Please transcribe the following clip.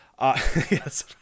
yes